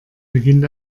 beginnt